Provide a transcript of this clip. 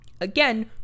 Again